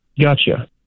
Gotcha